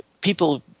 people